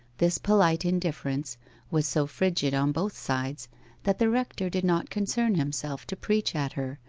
this polite indifference was so frigid on both sides that the rector did not concern himself to preach at her,